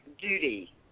duty